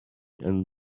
and